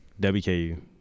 WKU